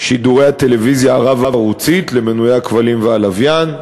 שידורי הטלוויזיה הרב-ערוצית למנויי הכבלים והלוויין,